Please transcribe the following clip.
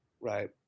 right